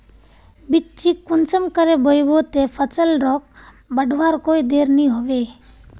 बिच्चिक कुंसम करे बोई बो ते फसल लोक बढ़वार कोई देर नी होबे?